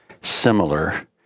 similar